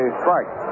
strike